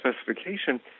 specification